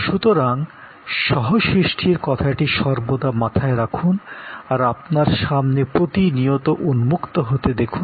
সুতরাং সহ সৃষ্টির কথাটি সর্বদা মাথায় রাখুন আর আপনার সামনে প্রতিনিয়ত উন্মুক্ত হতে দেখুন